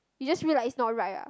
you just feel like it's not right ah